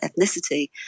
ethnicity